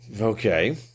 Okay